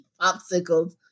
popsicles